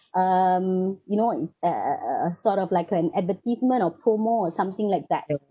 um you know what in uh sort of like an advertisement or promo or something like that